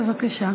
בבקשה.